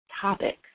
topic